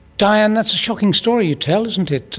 diana that's a shocking story you tell isn't it,